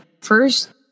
first